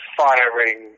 firing